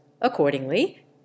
Accordingly